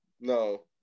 No